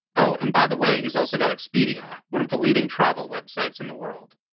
oh, and by the way, he's also got expedia, one of the leading travel websites in the world.